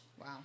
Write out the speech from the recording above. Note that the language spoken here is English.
Wow